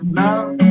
love